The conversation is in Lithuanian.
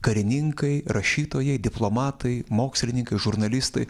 karininkai rašytojai diplomatai mokslininkai žurnalistai